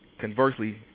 conversely